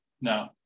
No